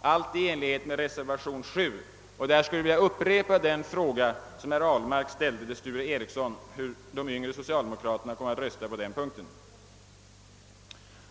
allt i enlighet med reservation 7. Där skulle jag vilja upprepa den fråga som herr Ahlmark ställde till herr Sture Ericson i Örebro om hur de yngre socialdemokraterna kommer att rösta på den punkten.